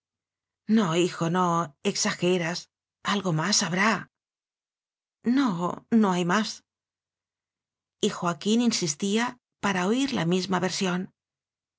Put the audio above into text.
no hijo no exageras algo más ha brá no no hay más y joaquín insistía para oir la misma